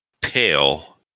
pale